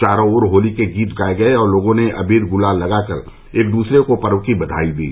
चारो ओर होली के गीत गाये गये और लोगों ने अबीर गुलाल लगाकर एक दूसरे को पर्व की बधाई दी